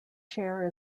chair